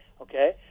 okay